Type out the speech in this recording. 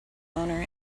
owner